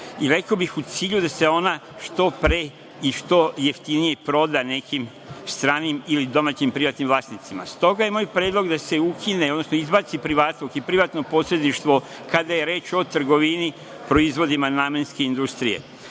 i rekao bih u cilju da se ona što pre i što jeftinije proda nekim stranim ili domaćim privatnim vlasnicima. S toga je moj predlog da se ukine, odnosno izbaci privatluk i privatno posredništvo kada je reč o trgovini proizvodima namenske industrije. Mi